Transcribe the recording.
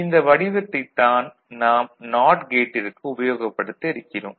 இந்த வடிவத்தைத் தான் நாம் நாட் கேட்டிற்கு உபயோகப்படுத்த இருக்கிறோம்